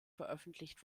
veröffentlicht